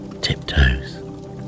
tiptoes